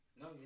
No